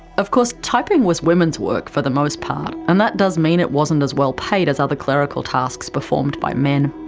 of course, typing was women's work for the most part, and that does mean it wasn't as well paid as other clerical tasks performed by men,